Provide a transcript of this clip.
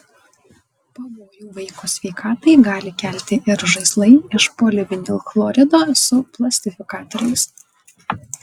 pavojų vaiko sveikatai gali kelti ir žaislai iš polivinilchlorido su plastifikatoriais